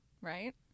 right